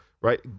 right